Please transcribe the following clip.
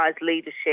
leadership